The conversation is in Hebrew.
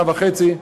שנה וחצי,